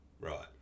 Right